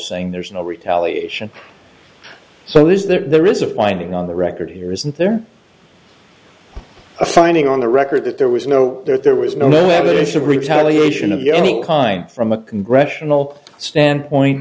saying there's no retaliation so is there is a finding on the record here isn't there a finding on the record that there was no there there was no evidence of retaliation of the any kind from a congressional standpoint